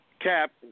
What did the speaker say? Cap